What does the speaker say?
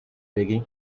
begging